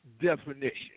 definition